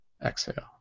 exhale